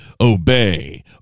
obey